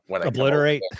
obliterate